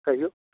कहियौ